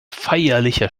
feierlicher